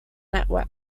network